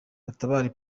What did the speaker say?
batabare